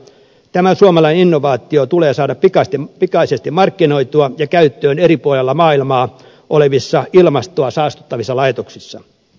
tämä suomalainen innovaatio tulee saada pikaisesti markkinoitua ja käyttöön eri puolilla maailmaa olevissa ilmastoa saastuttavissa laitoksissa